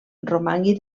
romangui